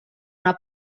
una